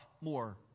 more